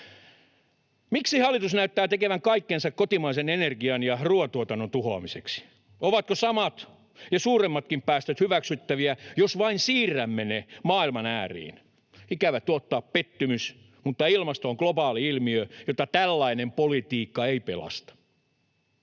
Miksi hallitus näyttää tekevän kaikkensa kotimaisen energian ja ruoantuotannon tuhoamiseksi? Ovatko samat ja suuremmatkin päästöt hyväksyttäviä, jos vain siirrämme ne maailman ääriin? Ikävä tuottaa pettymys, mutta ilmasto on globaali ilmiö, jota tällainen politiikka ei pelasta.